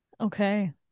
Okay